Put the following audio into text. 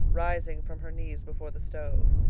rising from her knees before the stove.